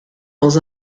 dans